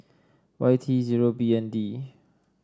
Y T zero B N D